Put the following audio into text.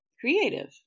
creative